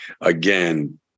again